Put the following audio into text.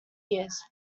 years